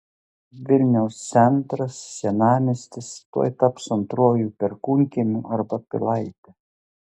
vilniaus centras senamiestis tuoj taps antruoju perkūnkiemiu arba pilaite